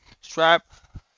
Strap